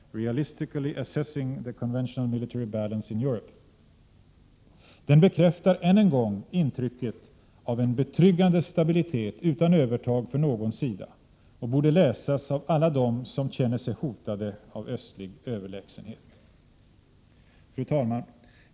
Realistically Assessing the Conventional Military Balance in Europe. Den bekräftar än en gång intrycket av en betryggande stabilitet utan övertag för någon sida och borde läsas av alla dem som känner sig hotade av östlig överlägsenhet. Fru talman!